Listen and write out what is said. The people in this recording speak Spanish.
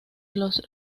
los